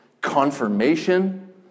confirmation